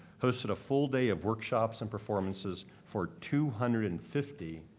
hosted a full day of workshops and performances for two hundred and fifty,